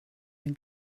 den